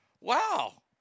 wow